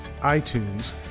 iTunes